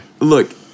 look